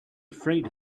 afraid